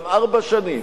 גם ארבע שנים.